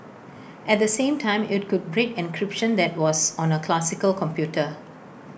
at the same time IT could break encryption that was on A classical computer